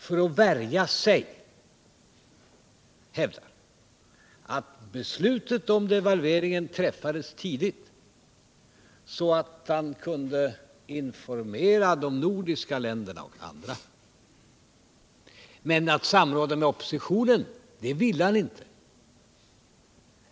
För att värja sig hävdar herr Bohman att beslutet om devalveringen träffades tidigt så att han kunde informera bl.a. de nordiska länderna. Men samråda med oppositionen ville han inte.